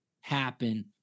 happen